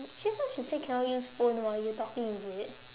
just now she say cannot use phone while you talking is it